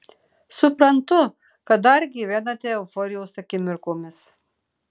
suprantu kad dar gyvenate euforijos akimirkomis